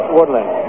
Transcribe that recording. Woodland